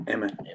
Amen